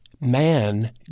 man